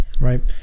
right